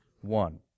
one